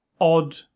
odd